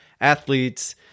athletes